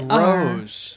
rose